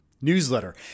Newsletter